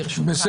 ברשותך,